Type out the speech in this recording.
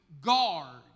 guard